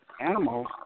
animals